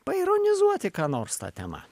paironizuoti ką nors ta tema